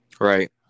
Right